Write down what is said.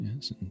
Yes